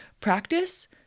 practice